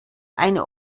eine